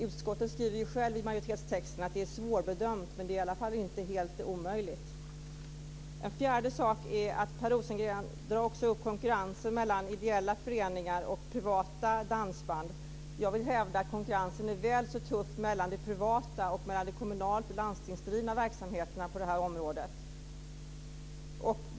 Utskottet skriver ju självt i majoritetstexten att det är svårbedömt, men det är i alla fall inte helt omöjligt. En fjärde sak är att Per Rosengren drar upp konkurrensen mellan ideella föreningar och privata dansband. Jag vill hävda att konkurrensen är väl så tuff mellan de privata och de kommunala och landstingsdrivna verksamheterna på det här området.